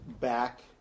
back